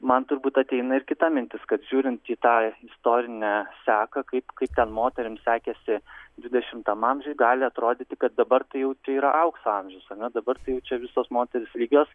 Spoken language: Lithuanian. man turbūt ateina ir kita mintis kad žiūrint į tą istorinę seką kaip kaip ten moterims sekėsi dvidešimtam amžiuj gali atrodyti kad dabar tai jau tai yra aukso amžiaus ar ne dabar tai jau čia visos moterys lygios